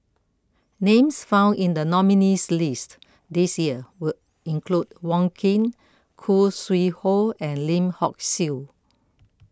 names found in the nominees' list this year were include Wong Keen Khoo Sui Hoe and Lim Hock Siew